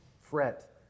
fret